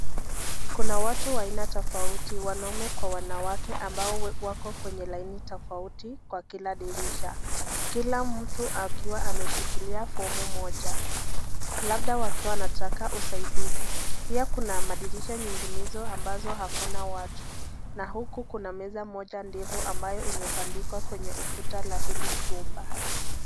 Kuna watu aina tofauti wanaume kwa wanawake ambao wako kwenye laini tofauti kwa kila dirisha, kila mtu akiwa ameshikilia fomu moja, labda wakiwa wanataka usaidizi , pia kuna madirisha nyinginezo ambazo hakuna watu na huku kuna meza moja ndefu ambayo imebandikwa kwenye ukuta la hili chumba.